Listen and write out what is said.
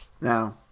Now